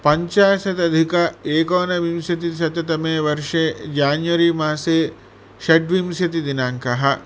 पञ्चाशदधिक एकोनविंशतिशततमे वर्षे जान्वरीमासे षड्विंशतिदिनाङ्कः